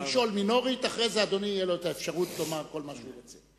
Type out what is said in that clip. לשאול מינורית ואחרי זה לאדוני תהיה אפשרות לומר כל מה שהוא רוצה.